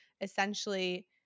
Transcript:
essentially